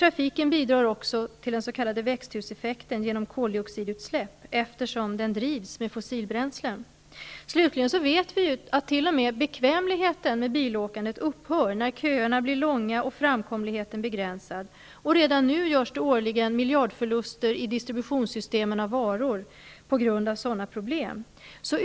Trafiken bidrar också till den s.k. växthuseffekten genom koldioxidutsläpp, eftersom fordonen drivs med fossilbränslen. Slutligen vet vi ju att t.o.m. bekvämligheten med bilåkandet upphör när köerna blir långa och framkomligheten begränsad. Det görs redan nu årligen miljardförluster i distibutionssystemen av varor på grund av sådana problem.